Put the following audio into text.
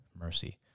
mercy